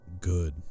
Good